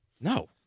No